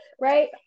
right